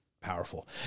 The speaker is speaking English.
powerful